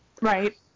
Right